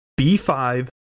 B5